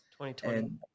2020